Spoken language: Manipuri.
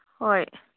ꯍꯣꯏ